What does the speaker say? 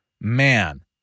man